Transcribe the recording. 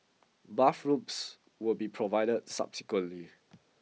bathrobes will be provided subsequently